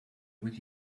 with